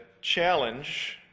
challenge